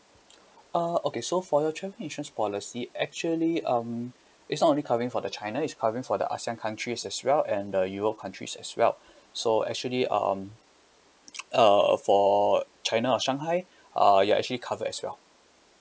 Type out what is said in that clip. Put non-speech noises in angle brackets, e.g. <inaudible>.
<breath> oh okay so for your travel insurance policy actually um it's not covering for the china it's covering for the ASEAN countries as well and uh european countries as well <breath> so actually um uh for china or shanghai <breath> uh you are actually cover as well